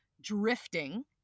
drifting